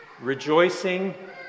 Rejoicing